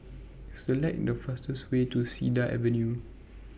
Select The fastest Way to Cedar Avenue